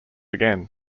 again